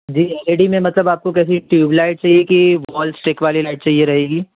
जी L E D में मतलब आपको कैसी ट्यूबलाइट चहिए कि वॉल इस्टिक वाली लाइट चाहिए रहेगी